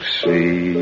see